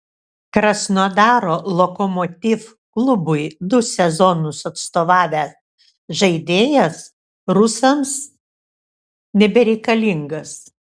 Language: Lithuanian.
krasnodaro lokomotiv klubui du sezonus atstovavęs žaidėjas rusams nebereikalingas